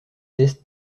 test